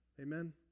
Amen